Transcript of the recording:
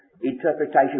interpretation